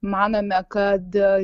manome kad